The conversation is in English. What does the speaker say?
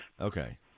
Okay